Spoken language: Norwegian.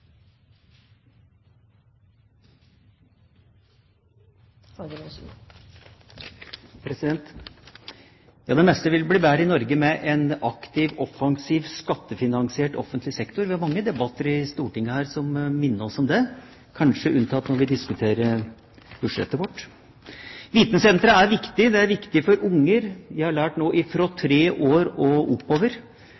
rolle og så små realfagsfrø som samfunnet senere skal kunne høste i form av ferdig utdannede realfagskandidater. Det meste vil bli bedre i Norge med en aktiv, offensiv, skattefinansiert offentlig sektor. Vi har hatt mange debatter her i Stortinget som minner oss om det – kanskje unntatt når vi diskuterer budsjettet vårt. Vitensentra er viktige. De er viktige for